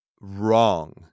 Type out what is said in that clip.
wrong